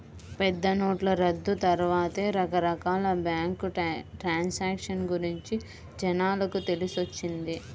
పెద్దనోట్ల రద్దు తర్వాతే రకరకాల బ్యేంకు ట్రాన్సాక్షన్ గురించి జనాలకు తెలిసొచ్చింది